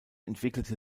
entwickelte